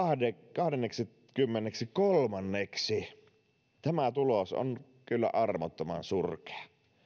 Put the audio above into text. kahdenneksikymmenenneksikolmanneksi tämä tulos on kyllä armottoman surkea